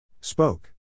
Spoke